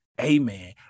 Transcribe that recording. Amen